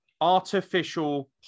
artificial